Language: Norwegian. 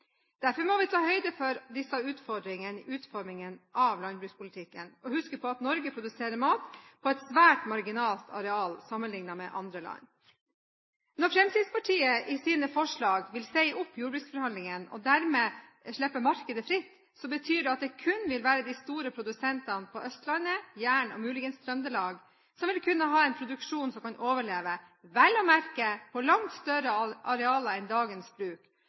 Derfor må vi ta høyde for disse utfordringene i utformingen av landbrukspolitikken, og huske at Norge produserer mat på et svært marginalt areal sammenlignet med andre land. Når Fremskrittspartiet i sine forslag vil si opp jordbruksforhandlingene og dermed slippe markedet fritt, betyr det at det kun vil være de store produsentene på Østlandet, på Jæren og muligens i Trøndelag som vil kunne ha en produksjon som kan overleve – vel å merke på langt større arealer enn dagens bruk,